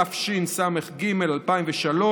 התשס"ג 2003,